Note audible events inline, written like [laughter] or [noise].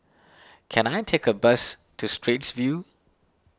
[noise] can I take a bus to Straits View